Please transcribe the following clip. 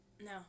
No